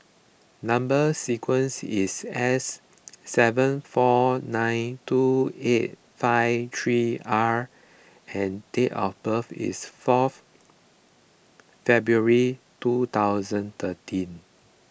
Number Sequence is S seven four nine two eight five three R and date of birth is fourth February two thousand thirteen